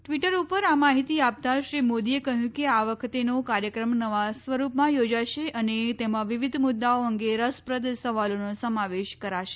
Twitter ઉપર આ માહિતી આપતા શ્રી મોદીએ કહ્યું કે આ વખતેનો કાર્યક્રમ નવા સ્વરૂપમાં યોજાશે અને તેમાં વિવિધ મુદ્દાઓ અંગે રસપ્રદ સવાલોનો સમાવેશ કરાશે